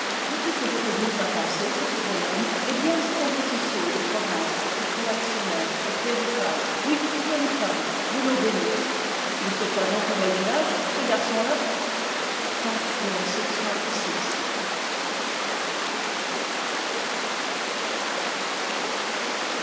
veux-tu que je te dise ma pensée sur ce jeune homme eh bien c'est un petit sot de province réactionnaire et clérical oui clérical de l'eau bénite il se croit donc au moyen âge ce garçon-là